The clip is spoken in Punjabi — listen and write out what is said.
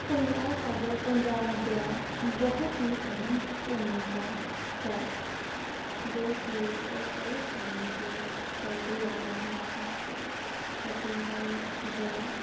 ਭੰਗੜਾ ਸਾਡੇ ਪੰਜਾਬ ਦੀਆਂ ਬਹੁਤ ਹੀ ਅਹਿਮ ਭੂਮਿਕਾ ਹੈ ਜੋ ਕਿ ਇਹ ਕਈ ਸਾਲਾਂ ਤੋਂ ਚੱਲਦੀ ਆ ਰਹੀ ਹੈ ਅਸੀਂ ਹਰੇਕ ਵਿਆਹ